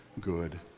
good